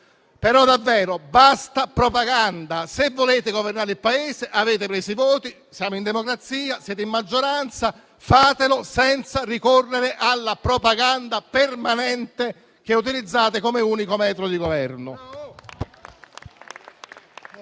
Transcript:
però basta propaganda. Se volete governare il Paese, avete preso i voti, siamo in democrazia, siete in maggioranza, fatelo senza ricorrere alla propaganda permanente che utilizzate come unico metro di governo.